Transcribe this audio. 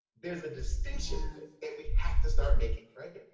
there's a distinction that we have to start making right?